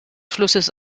flusses